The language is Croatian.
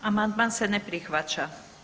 Amandman se ne prihvaća.